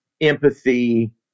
empathy